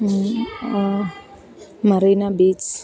Marina beach